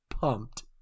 pumped